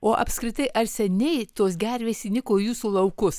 o apskritai ar seniai tos gervės įniko į jūsų laukus